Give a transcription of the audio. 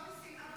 זהו, היא סיימה.